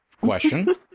question